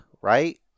right